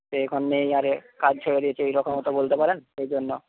সে এখন নেই আর কাজ ছেড়ে দিয়েছে এইরকমও তো বলতে পারেন সেই জন্য